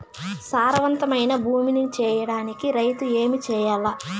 సారవంతమైన భూమి నీ సేయడానికి రైతుగా ఏమి చెయల్ల?